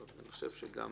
אני חושב שגם